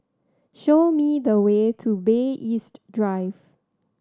show me the way to Bay East Drive